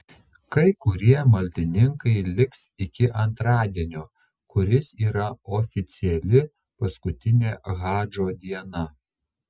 kai kurie maldininkai liks iki antradienio kuris yra oficiali paskutinė hadžo diena